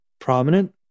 prominent